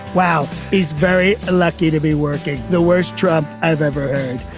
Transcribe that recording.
wow. he's very lucky to be working. the worst trump i've ever heard.